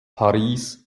paris